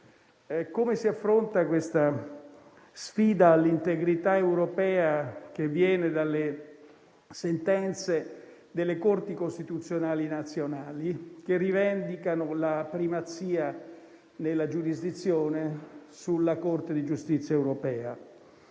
come si affronta questa sfida all'integrità europea che viene dalle sentenze delle Corti costituzionali nazionali, che rivendicano la primazia nella giurisdizione sulla Corte di giustizia europea.